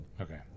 Okay